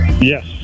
Yes